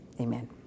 Amen